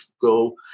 go –